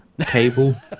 cable